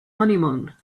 honeymoon